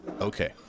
Okay